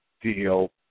deal